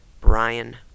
Brian